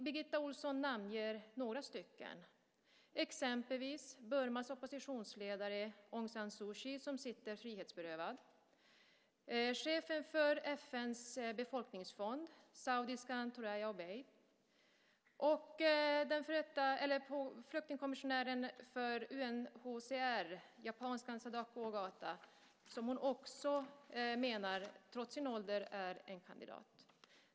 Birgitta Ohlsson namnger några stycken, exempelvis Burmas oppositionsledare Aung San Suu Kyi, som sitter frihetsberövad, chefen för FN:s befolkningsfond, saudiskan Thoraya Obaid och UNHCR:s före detta flyktingkommissionär, japanskan Sadako Ogata, som hon också menar trots sin ålder är en kandidat.